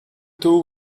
two